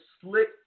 slick